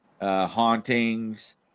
hauntings